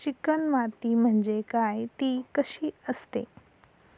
Chicken माती म्हणजे काय? ति कशी असते?